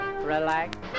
relax